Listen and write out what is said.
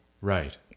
Right